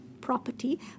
property